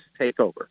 takeover